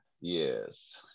yes